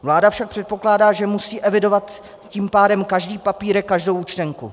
Vláda však předpokládá, že musí evidovat tím pádem každý papírek, každou účtenku.